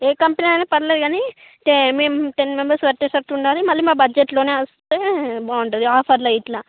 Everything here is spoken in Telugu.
ఏ కంపెనీ అయినా పర్లేదు కానీ మేము టెన్ మెంబెర్స్ పట్టేటట్టు ఉండాలి మళ్ళీ మా బడ్జెట్లోనే వస్తే బాగుంటుంది ఆఫర్లో ఇలా